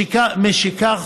משכך,